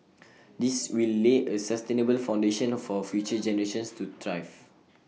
this will lay A sustainable foundation for future generations to thrive